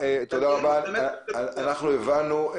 הבנו.